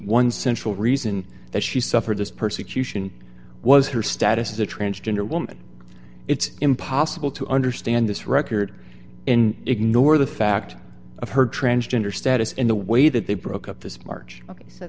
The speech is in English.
one central reason that she suffered this persecution was her status as a transgender woman it's impossible to understand this record in ignore the fact of her transgender status in the way that they broke up this march so